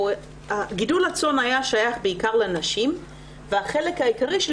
גידול הצאן היה שייך בעיקר לנשים והחלק העיקרי של